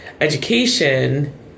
education